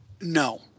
no